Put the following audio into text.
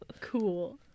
cool